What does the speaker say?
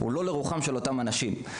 הוא לא לרוחם של אותם אנשים.